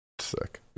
Sick